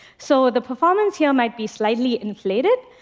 so the performance here might be slightly inflated.